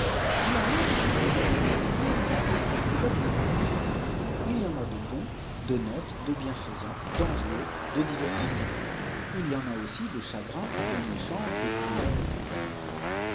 il en est de ces esprits disent-ils à peu p ès comme des hommes il y en a de bons d'honnêtes de bienfaisanv d'enjoués de divertissants il y en a aussi de chagrins de méchants de cruels etc